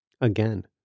Again